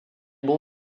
bon